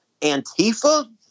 Antifa